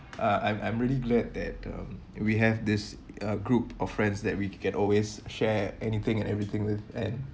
uh I'm I'm really glad that um we have this uh group of friends that we can always share anything and everything and